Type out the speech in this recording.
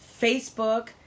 Facebook